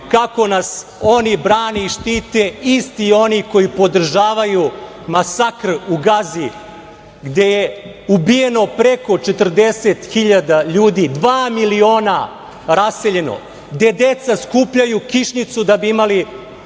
kako nas oni brane i štite, isti oni koji podržavaju masakr u Gazi, gde je ubijeno preko 40 hiljada ljudi, dva miliona raseljeno, gde deca skupljaju kišnicu da bi imali